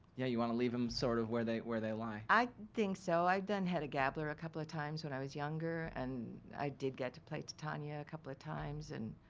yeah you want to leave him sort of where they where they lie. i think so. i'd done hedda gabler a couple of times when i was younger and i did get to play to titania a couple of times. and